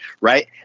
right